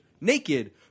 Naked